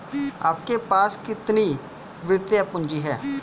आपके पास कितनी वित्तीय पूँजी है?